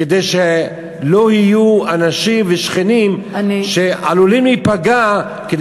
כדי שאנשים ושכנים שעלולים להיפגע לא